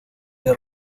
the